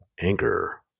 Anchor